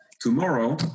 tomorrow